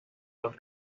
los